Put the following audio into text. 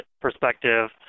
perspective